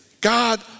God